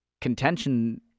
contention